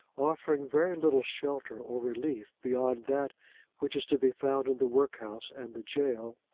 offering very little shelter or relief beyond that which is to be found in the workhouse and the jail,